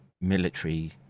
military